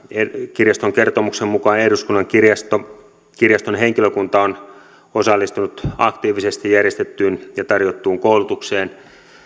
kirjaston kertomuksen mukaan eduskunnan kirjaston henkilökunta on osallistunut aktiivisesti järjestettyyn ja tarjottuun koulutukseen